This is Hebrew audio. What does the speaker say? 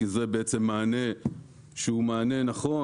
כי זה בעצם מענה שהוא מענה נכון